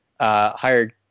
Hired